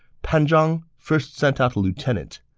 pan zhang first sent out a lieutenant.